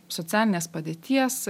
socialinės padėties